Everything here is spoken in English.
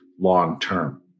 long-term